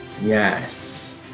Yes